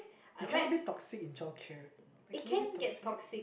you cannot be toxic in childcare you cannot be toxic